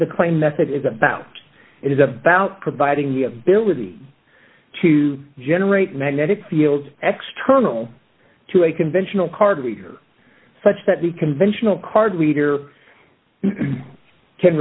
the clay method is about it is about providing the ability to generate magnetic fields x terminal to a conventional card reader such that the conventional card reader can